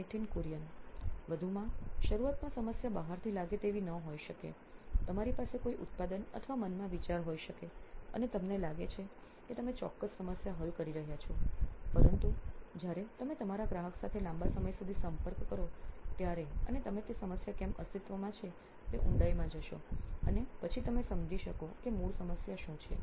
Nithin Kurian COO નોઇન electronics વધુમાં શરૂઆતમાં સમસ્યા બહારથી લાગે તેવી ન હોઈ શકે તમારી પાસે કોઈ ઉત્પાદન અથવા મનમાં વિચાર હોઈ શકે છે અને તમને લાગે છે કે તમે ચોક્કસ સમસ્યા હલ કરી રહ્યા છો પરંતુ જ્યારે તમે તમારા ગ્રાહક સાથે લાંબા સમય સુધી સંપર્ક કરો ત્યારે અને તમે તે સમસ્યા કેમ અસ્તિત્વમાં છે ઊંડાઈ માં જશોઅને પછી તમે સમજી શકો કે મૂળ સમસ્યા શું છે